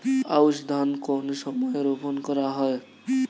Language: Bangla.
আউশ ধান কোন সময়ে রোপন করা হয়?